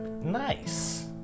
Nice